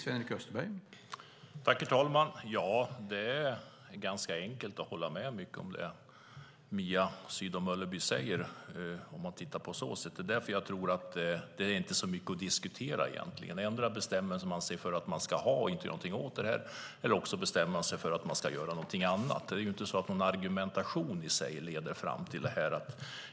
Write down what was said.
Herr talman! Det är ganska enkelt att hålla med om mycket av det Mia Sydow Mölleby säger. Därför tror jag att det egentligen inte är så mycket att diskutera. Endera bestämmer man sig för att ha det här systemet och inte göra någonting åt det, eller också bestämmer man sig för att göra någonting annat. Det är inte så att en argumentation i sig leder fram till en ändring.